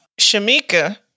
Shamika